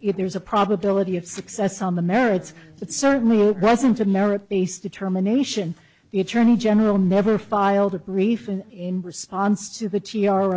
if there's a probability of success on the merits but certainly it wasn't a merit based determination the attorney general never filed a brief and in response to the t r